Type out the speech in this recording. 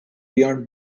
beyond